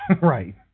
Right